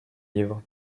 livres